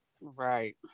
Right